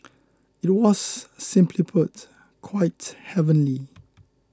it was simply put quite heavenly